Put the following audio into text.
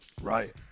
Right